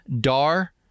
Dar